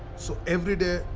so, every day,